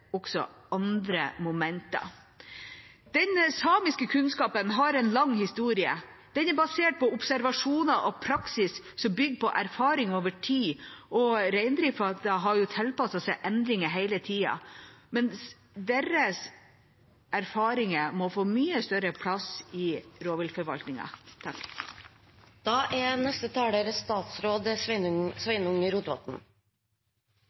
også andre momenter. Den samiske kunnskapen har en lang historie. Den er basert på observasjoner og praksis som bygger på erfaring over tid, og reindriften har tilpasset seg endringer hele tiden. Men deres erfaringer må få mye større plass i